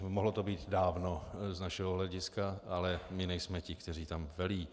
Mohlo to být dávno z našeho hlediska, ale my nejsme ti, kteří tam velí.